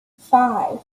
five